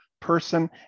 person